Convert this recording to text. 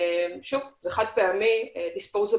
זה חד פעמי, disposable